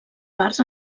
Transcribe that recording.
parts